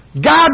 God